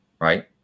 right